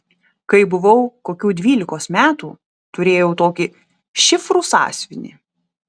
kai buvau kokių dvylikos metų turėjau tokį šifrų sąsiuvinį